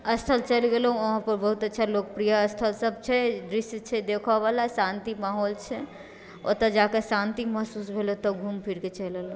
स्थल चलि गेलहुँ वहाँ पे बहुत अच्छा लोकप्रिय स्थल सब छै दृश्य छै देखऽवाला शांति माहौल छै ओतऽ जाके शान्ति महसूस भेल ओतऽ घूमि फिरके चलि एलहुँ